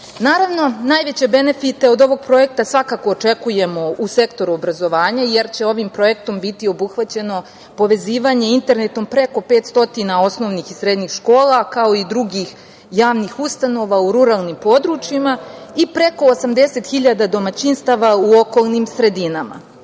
najveće benefite od ovog projekta svakako očekujemo u sektoru obrazovanja, jer će ovim projektom biti obuhvaćeno povezivanje internetom preko 500 osnovnih i srednjih škola, kao i drugih javnih ustanova u ruralnim područjima i preko 80.000 domaćinstava u okolnim sredinama. Ovo